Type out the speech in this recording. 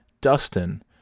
Dustin